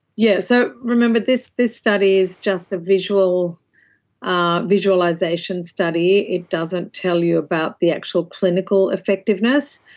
yes, so remember this this study is just a visualisation ah visualisation study, it doesn't tell you about the actual clinical effectiveness,